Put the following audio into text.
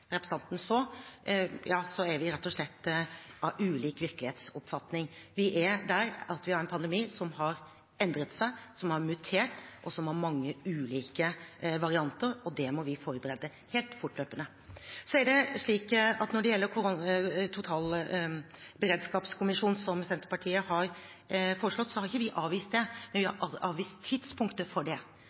representanten så, ja da er vi rett og slett av ulik virkelighetsoppfatning. Vi er der at vi har en pandemi som har endret seg, et virus som har mutert, og som har mange ulike varianter, og det må vi forberede helt fortløpende. Når det gjelder en totalberedskapskommisjon, som Senterpartiet har foreslått, har ikke vi avvist det, men vi har avvist tidspunktet for det.